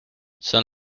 son